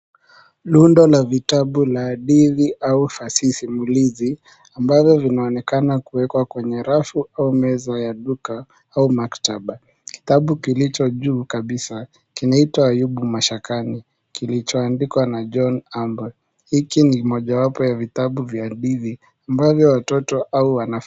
Rundo la vitabu la hadithi au fasihi simulizi ambayo inaonekana kuwekwa kwenye rafu au meza ya duka au maktaba. Kitabu kilicho juu kabisa kinaitwa Ayubu Mashakani kilichoandikwa na John Ambad hiki ni mojawapo 𝑦a 𝑣𝑖𝑡𝑎𝑏u 𝑣𝑦a hadithi amba𝑣𝑦o watoto au wanafunzi kusoma.